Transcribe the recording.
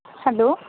hello